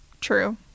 True